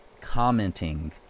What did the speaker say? commenting